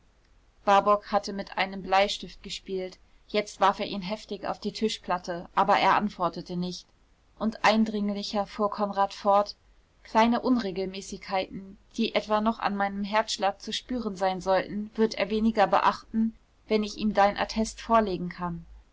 warburg hatte mit einem bleistift gespielt jetzt warf er ihn heftig auf die tischplatte aber er antwortete nicht und eindringlicher fuhr konrad fort kleine unregelmäßigkeiten die etwa noch an meinem herzschlag zu spüren sein sollten wird er weniger beachten wenn ich ihm dein attest vorlegen kann